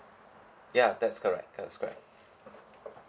yeah that's correct that's correct